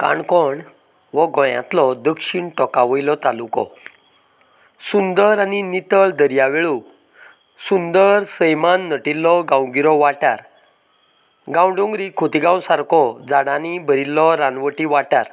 काणकोण हो गोंयांतलो दक्षिण टोंकां वयलो तालुको सुंदर आनी नितळ दर्या वेळो सुंदर सैमान नटिल्लो गांवगिरो वाठार गांवडोंगरी खोतिगांव सारको झाडांनी भरिल्लो रानवटी वाठार